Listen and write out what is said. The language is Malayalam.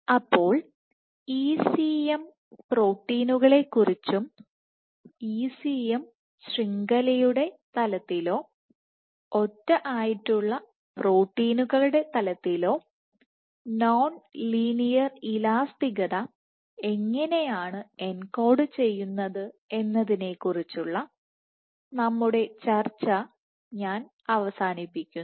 അപ്പോൾ ECM പ്രോട്ടീനുകളെക്കുറിച്ചും ECM ശൃംഖലയുടെ തലത്തിലോ ഒറ്റ ആയിട്ടുള്ള പ്രോട്ടീനുകളുടെ തലത്തിലോ നോൺ ലീനിയർ ഇലാസ്തികത എങ്ങനെയാണ് എൻകോഡ് ചെയ്യുന്നത് എന്നതിനെക്കുറിച്ചുള്ള നമ്മുടെ ചർച്ച ഞാൻ അവസാനിപ്പിക്കുന്നു